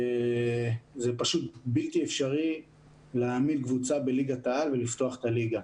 זה פשוט בלתי אפשרי להעמיד קבוצה בליגת העל ולפתוח את הליגה.